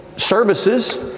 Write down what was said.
services